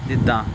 ਜਿੱਦਾਂ